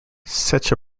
such